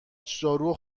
جارو